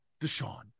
Deshaun